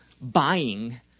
buying